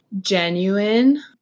genuine